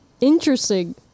Interesting